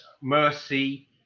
mercy